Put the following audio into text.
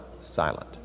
Silent